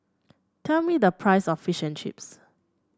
tell me the price of Fish and Chips